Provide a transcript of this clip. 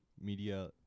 media